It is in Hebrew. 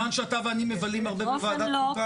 מכיוון שאתה ואני מבלים הרבה בוועדת החוקה,